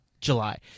July